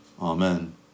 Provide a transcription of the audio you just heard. Amen